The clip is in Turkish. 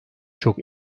çok